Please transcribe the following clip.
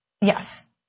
Yes